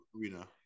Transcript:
arena